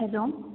hello